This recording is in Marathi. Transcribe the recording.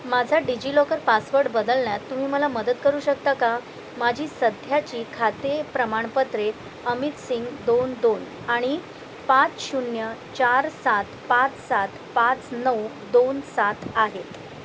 माझा डिजिलॉकर पासवर्ड बदलण्यात तुम्ही मला मदत करू शकता का माझी सध्याची खाते प्रमाणपत्रे अमित सिंग दोन दोन आणि पाच शून्य चार सात पाच सात पाच नऊ दोन सात आहेत